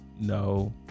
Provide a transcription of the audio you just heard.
no